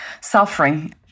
suffering